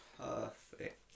perfect